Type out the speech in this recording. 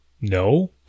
no